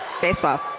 Baseball